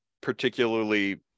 particularly